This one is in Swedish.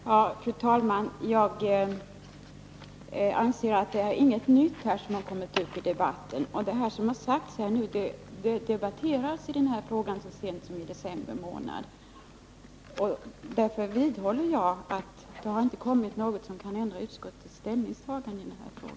Fru talman! Jag anser att det inte har tagits upp något nytt i debatten — allt detta debatterades så sent som i december förra året. Därför vidhåller jag att det inte framkommit något som kan ändra utskottets ställningstagande i frågan.